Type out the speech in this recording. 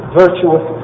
virtuous